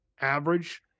average